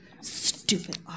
Stupid